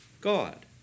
God